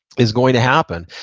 is going to happen.